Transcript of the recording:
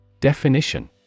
Definition